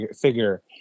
figure